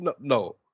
no